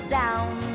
down